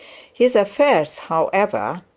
his affairs, however,